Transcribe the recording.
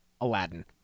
Aladdin